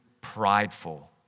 prideful